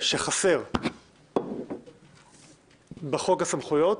שחסר בחוק הסמכויות,